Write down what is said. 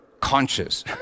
conscious